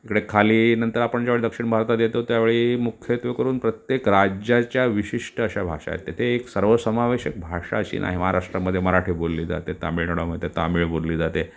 इकडे खाली नंतर आपण दक्षिण भारतात येतो त्यावेळी मुख्यत्वेकरून प्रत्येक राज्याच्या विशिष्ट अशा भाषा आहेत तिथे एक सर्वसमावेशक भाषा अशी नाही महाराष्ट्रामध्ये मराठी बोलली जाते तामिळनाडूमध्ये तामिळ बोलली जाते